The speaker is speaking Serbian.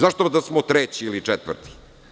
Zašto da smo treći ili četvrti?